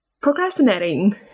procrastinating